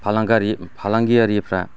फालांगियारिफ्रा